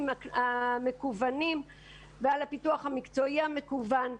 המקוונים ועל הפיתוח המקצועי המקוון.